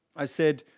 i said,